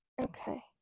Okay